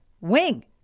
wing